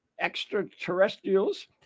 extraterrestrials